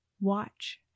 Watch